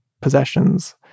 possessions